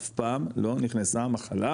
אף פעם לא נכנסה מחלה,